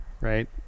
right